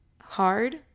hard